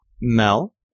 Mel